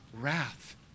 wrath